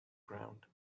ground